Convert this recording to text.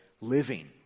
living